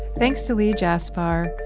thanks to lee jaspar,